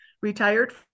retired